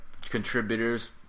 contributors